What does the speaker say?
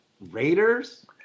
Raiders